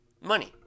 Money